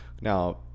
Now